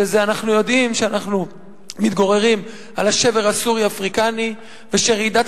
שאנחנו יודעים שאנחנו מתגוררים על השבר הסורי-אפריקני ושרעידת